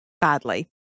badly